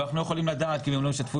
אבל אנחנו לא יכולים לדעת אם הם לא ישתפו